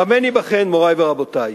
במה ניבחן, מורי ורבותי?